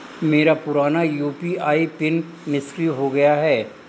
मेरा पुराना UPI pin निष्क्रिय हो गया है